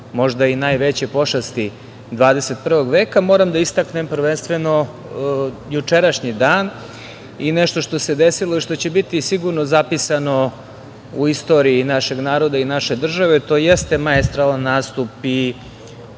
možda i najveće pošasti 21. veka. Moram da istaknem prvenstveno jučerašnji dan i nešto što se desilo i što će biti sigurno zapisano u istoriji našeg naroda i naše države, to jeste maestralan nastup i